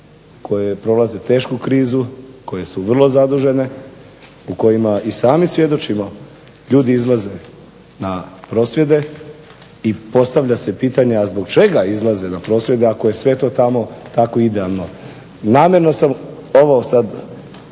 koje prolaze tešku krizu, koje su vrlo zadužene, u kojima i sami svjedočimo ljudi izlaze na prosvjede i postavlja se pitanje a zbog čega izlaze na prosvjede ako je sve to tamo tako idealno. Namjerno sam ovo sad